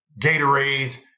gatorades